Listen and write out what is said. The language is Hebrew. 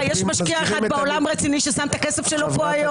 --- יש משקיע אחד רציני בעולם ששם היום את הכסף שלו כאן?